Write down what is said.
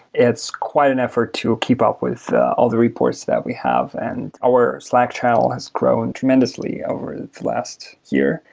it's quite an effort to keep up with all the reports that we have. and our slack channel has grown tremendously over the last year.